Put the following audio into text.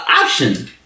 option